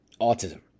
autism